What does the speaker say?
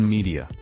Media